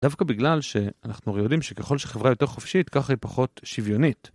דווקא בגלל שאנחנו יודעים שככל שחברה יותר חופשית ככה היא פחות שוויונית.